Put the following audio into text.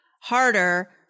harder